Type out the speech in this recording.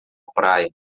praia